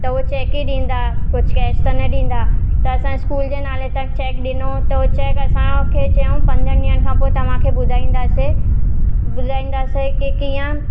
त हो चैक ई ॾींदा कुझु कैश त न ॾींदा त असां स्कूल जे नाले सां चेक ॾिनो त हुयो चेक असांखे चयऊं पंजनि ॾींहंनि खां पोइ तव्हांखे ॿुधाइंदासीं ॿुधाइंदासीं की कीअं